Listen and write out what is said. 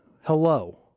hello